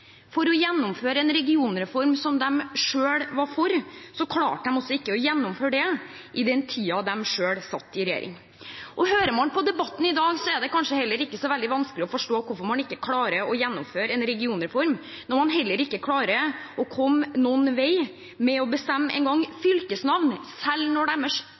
for å gjennomføre en regionreform som de selv var for, klarte de altså ikke å gjennomføre den i den tiden de selv satt i regjering. Hører man på debatten i dag, er det kanskje ikke så veldig vanskelig å forstå hvorfor man ikke klarte å gjennomføre en regionreform når man ikke engang klarer å komme noen vei med å bestemme fylkesnavn – selv når deres